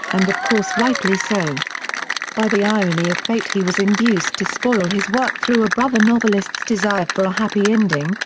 and of course rightly so by the irony of fate he was induced to spoil his work through a brother novelist's desire for a happy ending,